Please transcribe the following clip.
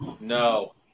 No